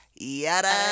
Yada